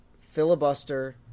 filibuster